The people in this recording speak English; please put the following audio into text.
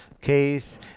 case